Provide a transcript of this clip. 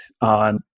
on